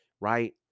right